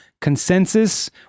consensus